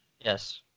Yes